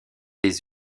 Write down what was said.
les